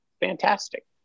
fantastic